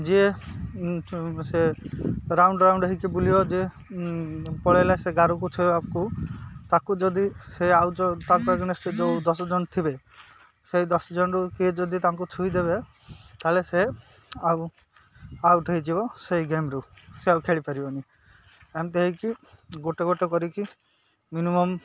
ଯିଏ ସେ round round ହେଇକି ବୁଲିବ ଯିଏ ପଳାଇଲା ସେ ଗାରକୁ ଛୁଇଁବାକୁ ତାକୁ ଯଦି ସେ ଆଉ ତା ପାଖ ନେ ସେ ଯେଉଁ ଦଶ ଜଣ ଥିବେ ସେଇ ଦଶ ଜଣରୁ କିଏ ଯଦି ତାଙ୍କୁ ଛୁଇଁଦେବେ ତାହେଲେ ସେ ଆଉ ଆଉଟ୍ ହେଇଯିବ ସେଇ ଗେମ୍ରୁ ସେ ଆଉ ଖେଳିପାରିବନି ଏମିତି ହେଇକି ଗୋଟେ ଗୋଟେ କରିକି ମିନିମମ୍